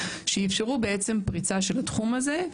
שאפשרו פריצה של התחום הזה.